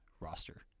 roster